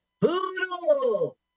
Poodle